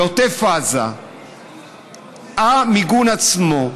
בעוטף עזה המיגון עצמו,